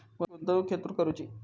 गुंतवणुक खेतुर करूची?